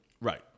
Right